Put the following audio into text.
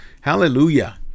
hallelujah